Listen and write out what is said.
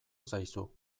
zaizu